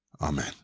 Amen